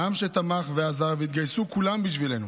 העם שתמך ועזר, והתגייסו כולם בשבילנו,